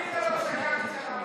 תעשה הפסקה.